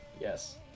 Yes